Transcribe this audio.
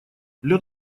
лед